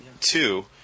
two